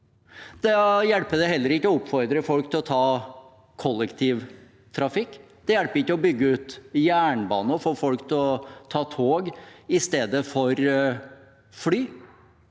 det heller ikke å oppfordre folk til å ta kollektivreise. Det hjelper ikke å bygge ut jernbane og få folk til å ta tog i stedet for fly.